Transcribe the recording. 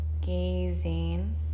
gazing